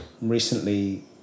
recently